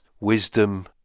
wisdom